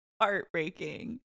heartbreaking